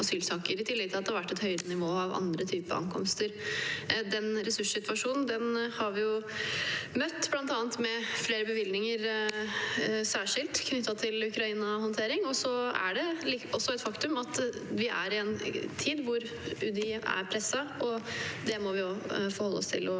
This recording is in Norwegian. i tillegg til at det har vært et høyere nivå av andre typer ankomster. Ressurssituasjonen har vi møtt med bl.a. flere bevilgninger, særskilt knyttet til Ukraina-håndteringen. Det er et faktum at vi er i en tid hvor UDI er presset, og det må vi også forholde oss til og godta.